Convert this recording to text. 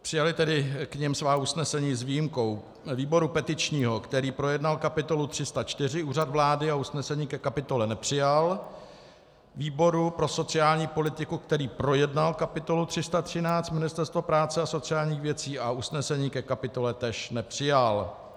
Přijaly tedy k nim svá usnesení, s výjimkou výboru petičního, který projednal kapitolu 304 Úřad vlády a usnesení ke kapitole nepřijal, výboru pro sociální politiku, který projednal kapitolu 313 Ministerstvo práce a sociálních věcí a usnesení ke kapitole též nepřijal.